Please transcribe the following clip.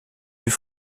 plus